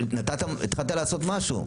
התחלת לעשות משהו,